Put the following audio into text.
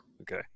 okay